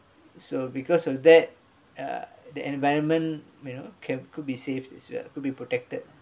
so because of that uh the environment you know can could be saved as well could be protected